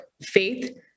Faith